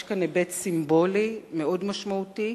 יש כאן היבט סימבולי מאוד משמעותי,